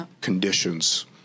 conditions